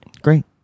Great